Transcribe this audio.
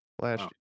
last